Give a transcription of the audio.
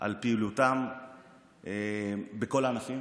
על פעילותם בכל הענפים.